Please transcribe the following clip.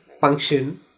function